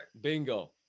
Bingo